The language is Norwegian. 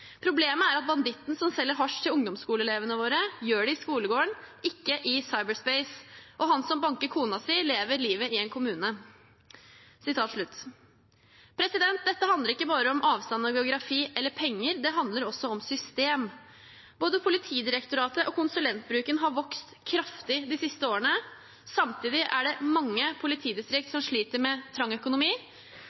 Problemet er at banditten som selger hasj til ungdomsskoleelevene våre, gjør det i skolegården, ikke i cyberspace. Han som banker kona si, lever livet sitt i en kommune.» Dette handler ikke bare om avstand og geografi – eller penger. Det handler også om system. Både Politidirektoratet og konsulentbruken har vokst kraftig de siste årene. Samtidig er det mange politidistrikt som sliter med trang økonomi.